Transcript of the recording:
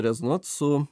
rezonuot su